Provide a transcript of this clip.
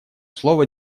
слово